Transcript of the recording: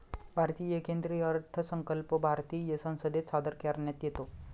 भारतीय केंद्रीय अर्थसंकल्प भारतीय संसदेत सादर करण्यात येतो